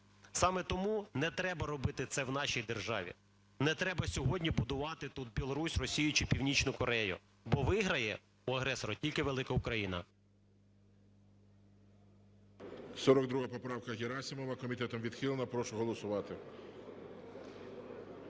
Саме тому не треба робити це в нашій державі, не треба сьогодні будувати тут Білорусь, Росію чи Північну Корею, бо виграє у агресора тільки велика Україна.